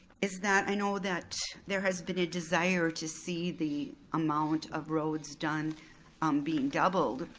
is that i know that there has been a desire to see the amount of roads done um being doubled,